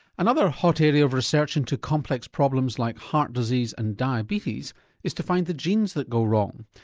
another hot area of research into complex problems like heart disease and diabetes is to find the genes that go wrong.